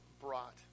brought